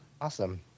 Awesome